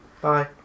Bye